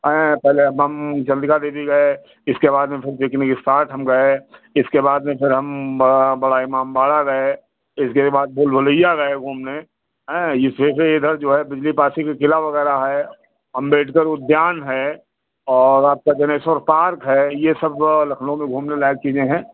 अएँ पहले चन्द्रिका देवी गए इसके बाद में फिर पिकनिक इस्पाट हम गए इसके बाद में फिर हम बड़ा इमामबाड़ा गए इसके बाद भूल भुलैया गए घूमने ऐं यह इधर जो है बिजली पासी का क़िला वग़ैरह है अम्बेडकर उद्यान है और आपका जनेश्वर पार्क है ये सब लखनऊ में घूमने लायक़ चीज़ें हैं